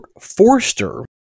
forster